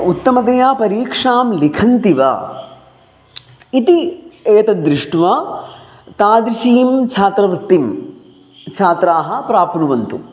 उत्तमतया परीक्षां लिखन्ति वा इति एतद् दृष्ट्वा तादृशीं छात्रवृत्तिं छात्राः प्राप्नुवन्तु